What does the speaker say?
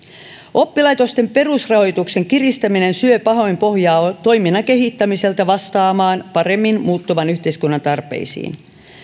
oppilaitosten perusrahoituksen kiristäminen syö pahoin pohjaa toiminnan kehittämiseltä vastaamaan paremmin muuttuvan yhteiskunnan tarpeisiin